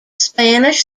spanish